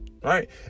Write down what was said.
Right